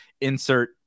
insert